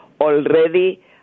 already